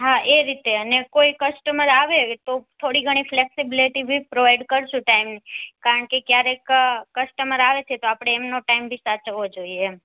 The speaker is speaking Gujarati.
હા એ રીતે અને કોઈ કસ્ટમર આવે તો થોડી ઘણી ફ્લેક્સિબ્લિટી બી પ્રોવાઇડ કરશું ટાઈમ કારણકે ક્યારેક કસ્ટમર આવે છે તો આપણે એમનો ટાઇમ બી સાચવવો જોઈએ એમ